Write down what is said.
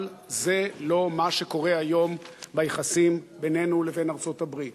אבל זה לא מה שקורה היום ביחסים בינינו לבין ארצות-הברית.